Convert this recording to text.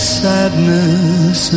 sadness